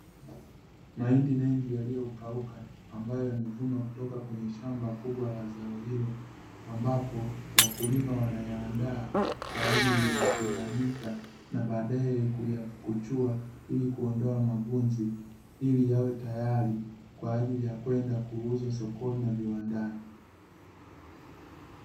Mahindi mengi yaliyokauka ambayo yamevunwa kutoka kwenye shamba kubwa la zao hilo ambapo wakulima wanayaandaa kwa ajili ya kuyaanika na baadaye kuyapukuchuwa, ili kuondoa magunzi ili yawe tayari kwa ajili ya kwenda kuuzwa sokoni na viwandani.